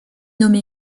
nommé